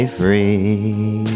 free